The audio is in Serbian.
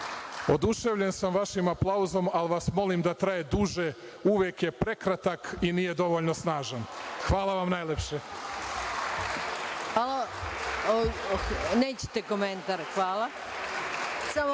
Oduševljen sam vašim aplauzom, ali vas molim da traje duže. Uvek je prekratak i nije dovoljno snažan. Hvala vam najlepše. **Maja Gojković**